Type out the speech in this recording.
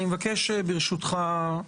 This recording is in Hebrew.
אני מבקש, ברשותך,